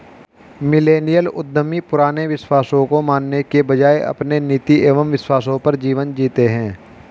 millennial उद्यमी पुराने विश्वासों को मानने के बजाय अपने नीति एंव विश्वासों पर जीवन जीते हैं